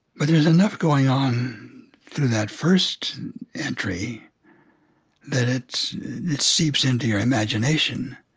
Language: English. but there's enough going on through that first entry that it seeps into your imagination.